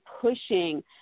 pushing